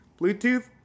Bluetooth